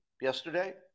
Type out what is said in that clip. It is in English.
yesterday